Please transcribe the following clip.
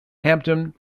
hampden